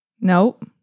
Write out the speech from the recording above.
Nope